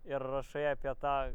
ir rašai apie tą